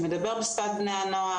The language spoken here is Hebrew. הוא גם מדבר בשפת בני הנוער.